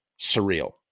surreal